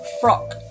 frock